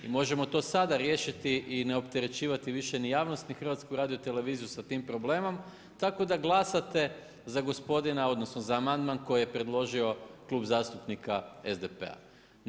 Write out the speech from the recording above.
Možemo to sada riješiti i ne opterećivati više ni javnost ni HRT sa tim problemom, tako da glasate za gospodina, odnosno, za amandman kojeg je preložio Klub zastupnika SDP-a.